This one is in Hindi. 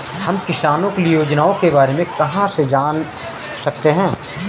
हम किसानों के लिए योजनाओं के बारे में कहाँ से जान सकते हैं?